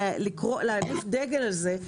צריך להניף דגל על זה,